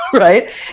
Right